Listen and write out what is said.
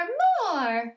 more